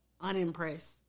unimpressed